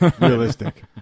realistic